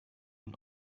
und